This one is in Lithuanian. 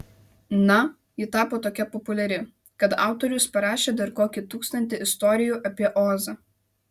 na ji tapo tokia populiari kad autorius parašė dar kokį tūkstantį istorijų apie ozą